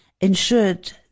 ensured